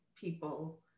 people